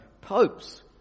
popes